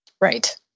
Right